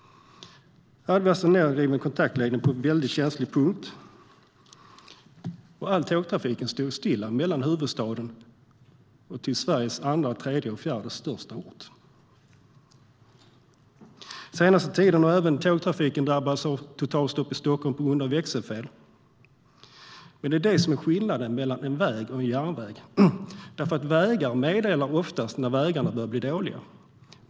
Här finns det en nedriven kontaktledning på en väldigt känslig punkt, och all tågtrafik stod stilla mellan huvudstaden och Sveriges andra, tredje och fjärde största ort. Den senaste tiden har även tågtrafiken drabbats i Stockholm på grund av växelfel. Skillnaden mellan väg och järnväg är att vägar oftast meddelar när de börjar bli dåliga.